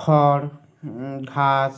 খড় ঘাস